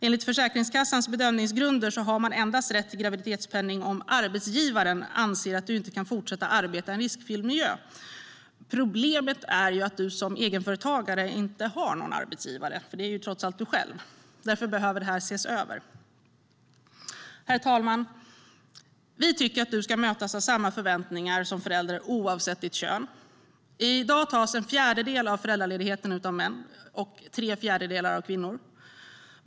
Enligt Försäkringskassans bedömningsgrunder har du rätt till graviditetspenning endast om arbetsgivaren anser att du inte kan fortsätta arbeta i en riskfylld miljö. Problemet är att du som egenföretagare inte har någon arbetsgivare, för det är trots allt du själv. Därför behöver detta ses över. Herr talman! Vi tycker att du ska mötas av samma förväntningar som förälder oavsett ditt kön. I dag tas en fjärdedel av föräldraledigheten ut av män och tre fjärdedelar av kvinnor.